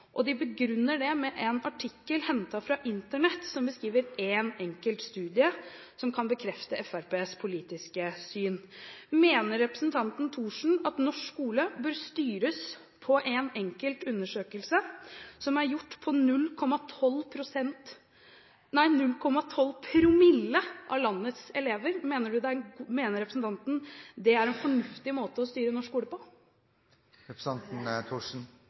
nivådeling. De begrunner det med en artikkel hentet fra Internett som beskriver én enkelt studie, som kan bekrefte Fremskrittspartiets politiske syn. Mener representanten Thorsen at norsk skole bør styres etter én enkelt undersøkelse, som er gjort på 0,12 promille av landets elever? Mener representanten Thorsen det er en fornuftig måte å styre norsk skole